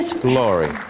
Glory